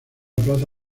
plaza